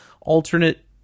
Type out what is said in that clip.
alternate